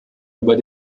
über